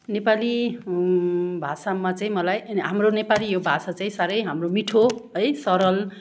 नेपाली भाषामा चाहिँ मलाई हाम्रो नेपाली यो भाषा चाहिँ साह्रै हाम्रो मिठो है सरल